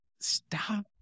Stop